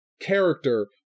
character